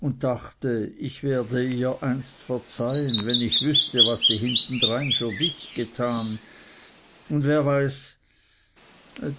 und dachte ich werde ihr einst verzeihen wenn ich wüßte was sie hintendrein für dich getan und wer weiß